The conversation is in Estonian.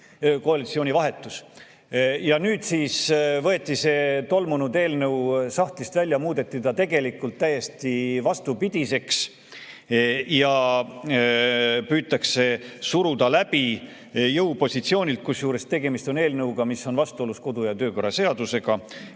koalitsiooni vahetus. Ja nüüd siis võeti see tolmunud eelnõu sahtlist välja, muudeti ta tegelikult täiesti vastupidiseks ja püütakse jõupositsioonilt läbi suruda. Kusjuures tegemist on eelnõuga, mis on vastuolus kodu- ja töökorra seadusega